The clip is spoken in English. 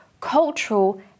cultural